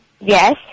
Yes